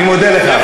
אני מודה לך.